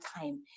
time